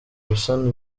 gusana